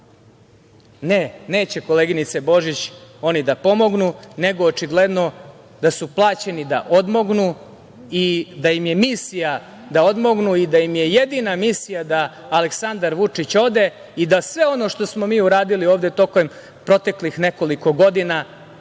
neće, koleginice Božić, oni da pomognu, nego očigledno da su plaćeni da odmognu i da im je misija da odmognu i da im je jedina misija da Aleksandar Vučić ode i da sve ono što smo mi uradili ovde tokom proteklih nekoliko godina